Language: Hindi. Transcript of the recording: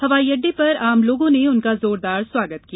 हवाई अड्डे पर आम लोगों ने उनका जोरदार स्वागत किया